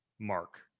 mark